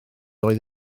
oedd